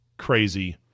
crazy